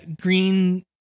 green